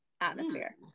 atmosphere